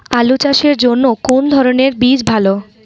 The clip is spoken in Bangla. আলু চাষের জন্য কোন ধরণের বীজ ভালো?